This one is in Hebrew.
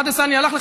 מאן דסני עלך,